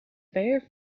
very